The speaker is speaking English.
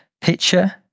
picture